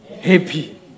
happy